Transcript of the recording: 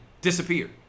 disappeared